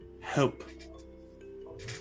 help